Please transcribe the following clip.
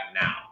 now